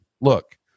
look